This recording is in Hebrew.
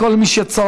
כל מי שצועק,